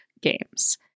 games